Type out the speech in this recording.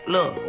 Look